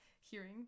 hearing